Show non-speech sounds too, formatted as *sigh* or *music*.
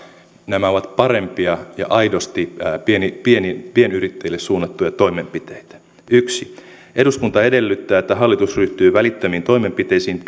nämä ovat parempia ja aidosti pienyrittäjille suunnattuja toimenpiteitä yksi eduskunta edellyttää että hallitus ryhtyy välittömiin toimenpiteisiin *unintelligible*